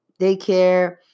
daycare